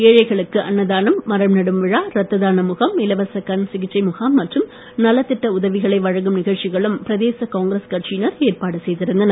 ஏழைகளுக்கு அன்னதானம் மரம் நடு விழா ரத்த தானம் முகாம் இலவச கண் சிகிச்சை முகாம் மற்றும் நலத்திட்ட உதவிகளை வழங்கும் நிகழ்ச்சிகளுக்கும் பிரதேச காங்கிரஸ் கட்சியினர் எற்பாடு செய்திருந்தனர்